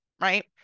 right